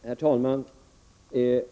Herr talman!